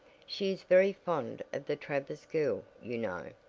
she is very fond of the travers girl, you know.